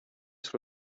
sur